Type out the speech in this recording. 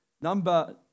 number